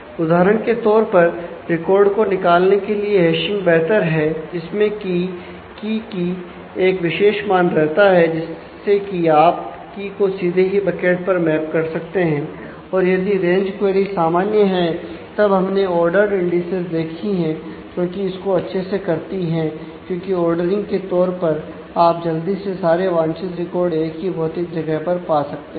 उदाहरण के तौर पर रिकॉर्ड को निकालने के लिए हैशिंग बेहतर है जिसमें की की के तौर पर आप जल्दी से सारे वांछित रिकॉर्ड एक ही भौतिक जगह पर पा सकते हैं